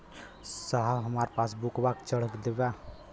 साहब हमार पासबुकवा चढ़ा देब?